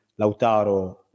Lautaro